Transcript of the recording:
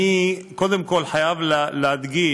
אני קודם כול חייב להדגיש